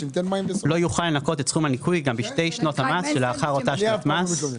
לא יוכל לנכות את סכום הניכוי גם בשתי שנות המס שלאחר אותה שנת מס.